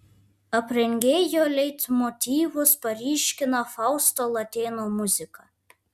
aprengėjo leitmotyvus paryškina fausto latėno muzika